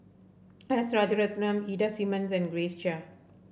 S Rajaratnam Ida Simmons and Grace Chia